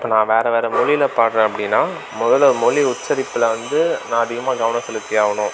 இப்போ நான் வேறு வேறு மொழில பாடுறேன் அப்படின்னா முதல்ல மொழி உச்சரிப்பில் வந்து நான் அதிகமாக கவனம் செலுத்தியாகணும்